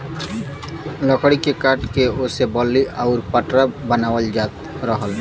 लकड़ी के काट के ओसे बल्ली आउर पटरा बनावल जात रहल